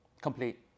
Complete